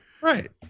Right